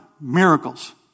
Miracles